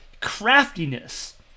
craftiness